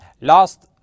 Last